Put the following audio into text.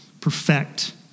perfect